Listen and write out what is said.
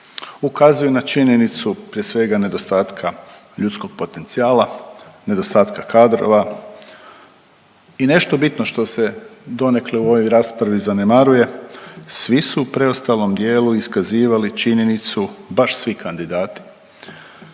Ukazuju na činjenicu prije svega nedostatka ljudskog potencijala, nedostatka kadrova i nešto bitno što se donekle u ovoj raspravi zanemaruje, svi su u preostalom dijelu iskazivali činjenicu, baš svi kandidati,